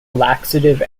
laxative